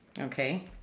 okay